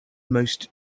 most